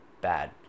bad